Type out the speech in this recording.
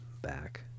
back